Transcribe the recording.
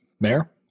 Mayor